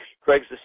Craig's